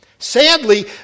Sadly